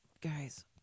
guys